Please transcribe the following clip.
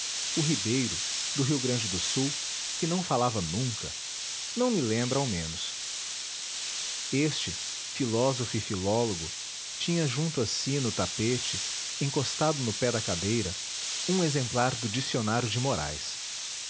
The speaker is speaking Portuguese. o ribeiro do rio grande do sul que não falava nunca não me lembra ao menos este filósofo e filólogo tinha junto a si no tapete encostado no pé da cadeira um exemplar do dicionário de morais